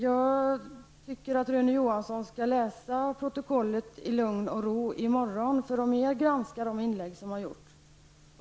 Jag tycker att Rune Johansson skall läsa protokollet i lugn och ro i morgon och närmare granska de inlägg som har gjorts.